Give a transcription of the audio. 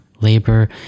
labor